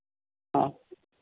ആ